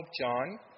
John